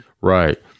Right